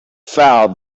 foul